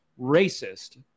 racist